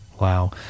Wow